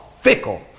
fickle